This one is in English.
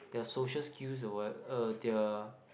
their social skills the what uh their